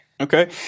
Okay